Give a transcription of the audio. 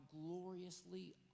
gloriously